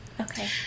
Okay